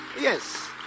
Yes